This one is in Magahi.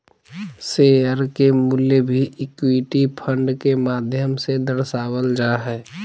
शेयर के मूल्य भी इक्विटी फंड के माध्यम से दर्शावल जा हय